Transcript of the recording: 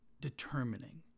determining